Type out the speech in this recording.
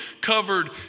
covered